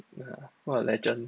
what a legend